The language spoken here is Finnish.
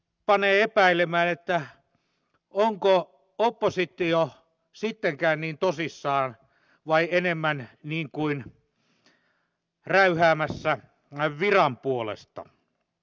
panee epäilemään onko oppositio sittenkään niin tosissaan vai enemmän niin kuin räyhäämässä näin viran puolesta